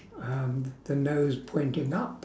um the nose pointing up